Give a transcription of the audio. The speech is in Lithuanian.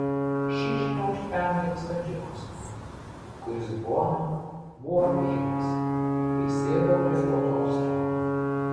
ši žinia užtemdė visą džiaugsmą kuris boną buvo apėmęs kai sėdo prie puotos stalo